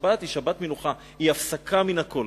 שבת היא שבת מנוחה, היא הפסקה מן הכול.